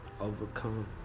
overcome